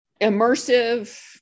immersive